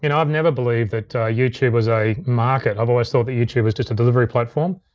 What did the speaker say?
you know i've never believed that youtube was a market. i've always thought that youtube was just a delivery platform.